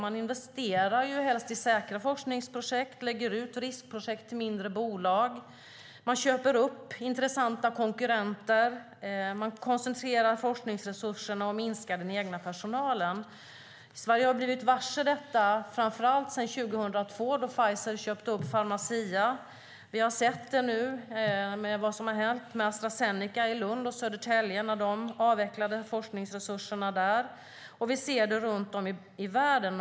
Man investerar helst i säkra forskningsprojekt, lägger ut riskprojekt till mindre bolag, köper upp intressanta konkurrenter, koncentrerar forskningsresurserna och minskar den egna personalen. Sverige har blivit varse detta, framför allt sedan 2002 då Pfizer köpte Pharmacia. Vi har sett det när Astra Zeneca avvecklade forskningsresurserna i Lund och Södertälje, och vi ser det runt om i världen.